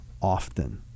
often